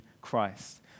Christ